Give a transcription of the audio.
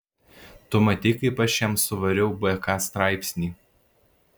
tu matei kaip aš jam suvariau bk straipsnį